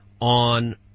on